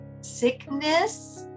sickness